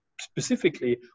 specifically